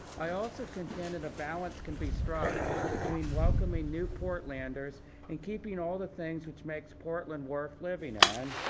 i also contend and a balance can be struck between welcoming new portlanders and keeping all the things which makes portland worth living and